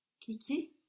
kiki